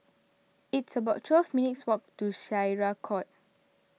it's about twelve minutes' walk to Syariah Court